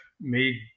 made